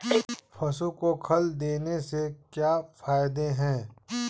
पशु को खल देने से क्या फायदे हैं?